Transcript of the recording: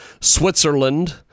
Switzerland